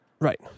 Right